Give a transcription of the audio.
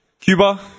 Cuba